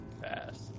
fast